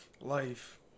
Life